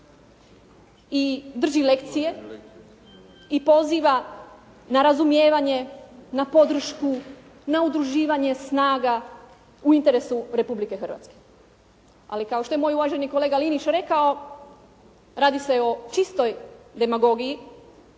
i drži lekcije i poziva na razumijevanje na podršku, na udruživanje snaga u interesu Republike Hrvatske. Ali kao što je moj uvaženi kolega Linić rekao, radi se o čistoj demagogiji